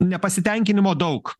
nepasitenkinimo daug